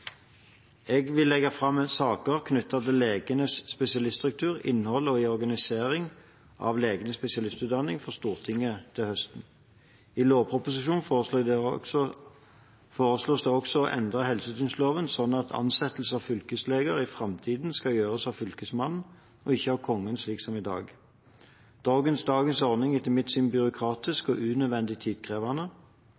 Jeg vil legge fram saker knyttet til legenes spesialitetsstruktur, innhold og organisering av legenes spesialistutdanning for Stortinget til høsten. I lovproposisjonen foreslås det også å endre helsetilsynsloven slik at ansettelse av fylkesleger i framtiden skal gjøres av Fylkesmannen og ikke av Kongen, slik som i dag. Dagens ordning er etter mitt syn byråkratisk og unødvendig tidkrevende.